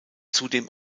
zudem